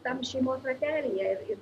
tam šeimos ratelyje ir